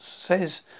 says